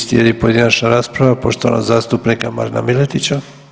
Slijedi pojedinačna rasprava poštovanog zastupnika Marina Miletića.